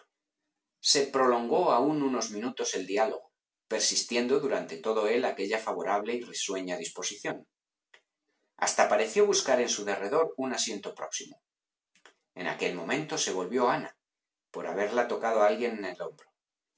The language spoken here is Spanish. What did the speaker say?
se prolongó aún unos minutos el diálogo persistiendo durante todo él aquella favorable y risueña disposición hasta pareció buscar en su derredor un asiento próximo en aquel momento se volvió ana por haberla tocado alguien en el hombro